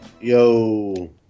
Yo